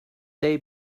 they